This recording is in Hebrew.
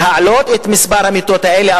להעלאת מספר המיטות האלה,